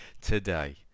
today